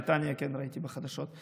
לגבי בריטניה כן ראיתי בחדשות.